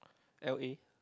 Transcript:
l_a